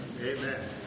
Amen